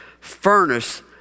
furnace